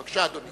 בבקשה, אדוני.